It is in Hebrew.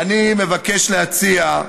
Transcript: אני מבקש להציע.